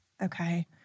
Okay